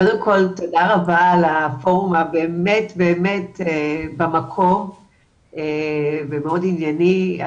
קודם כל תודה רבה על הפורום הבאמת באמת במקום והמאוד ענייני.